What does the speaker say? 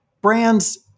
brands